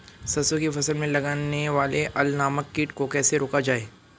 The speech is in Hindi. सरसों की फसल में लगने वाले अल नामक कीट को कैसे रोका जाए?